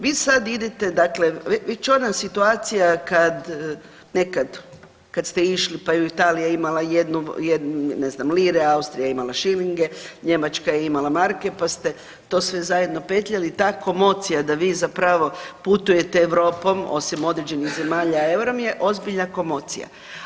Vi sad idete dakle već ona situacija kad nekad kad ste išli pa je Italija ne znam lire, Austrija je imala šilinge, Njemačka je imala marke pa ste to sve zajedno petljali, ta komocija da vi zapravo putujete Europom, osim određenih zemalja, euro vam je ozbiljna komocija.